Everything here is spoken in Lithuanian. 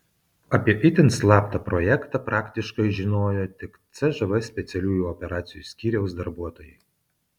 apie itin slaptą projektą praktiškai žinojo tik cžv specialiųjų operacijų skyriaus darbuotojai